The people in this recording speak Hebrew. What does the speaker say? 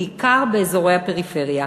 בעיקר באזורי הפריפריה.